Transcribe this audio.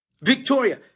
Victoria